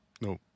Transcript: no